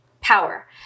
power